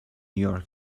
york